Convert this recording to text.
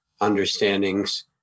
understandings